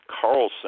Carlson